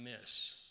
miss